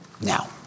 Now